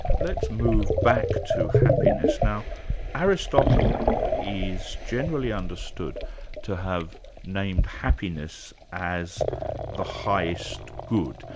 let's move back to happiness. now aristotle is generally understood to have named happiness as the highest good.